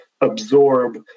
absorb